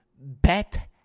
bet